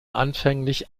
anfänglich